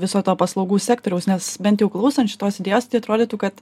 viso to paslaugų sektoriaus nes bent jau klausant šitos idėjos tai atrodytų kad